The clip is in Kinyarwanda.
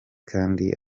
kandi